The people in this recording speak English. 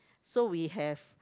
so we have